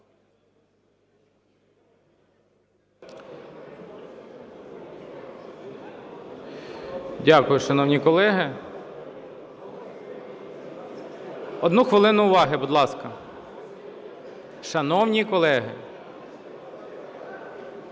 Дякую, шановні колеги. Одну хвилину уваги, будь ласка. Шановні колеги!